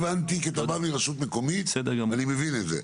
כי אתה בא מרשות מקומית ואני מבין את זה.